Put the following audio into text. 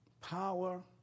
Power